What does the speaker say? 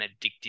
addictive